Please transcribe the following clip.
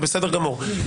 זה בסדר גמור.